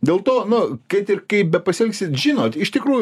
dėl to nu kad ir kaip bepasielgsit žinot iš tikrųjų